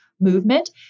movement